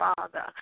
Father